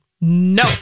No